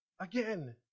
again